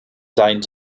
sein